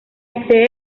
accede